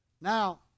Now